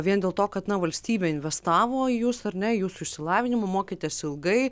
vien dėl to kad na valstybė investavo į jus ar ne į jūsų išsilavinimą mokėtės ilgai